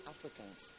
Africans